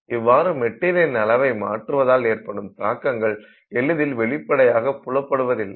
இவ்வாறு மெட்டீரியலின் அளவினை மாற்றுவதால் ஏற்படும் தாக்கங்கள் எளிதில் வெளிப்படையாக புலப்படுவதில்லை